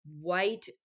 white